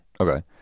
Okay